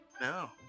No